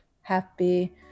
happy